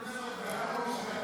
בקריאה שנייה.